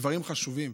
דברים חשובים,